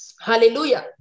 Hallelujah